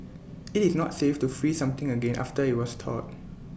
IT is not safe to freeze something again after IT has thawed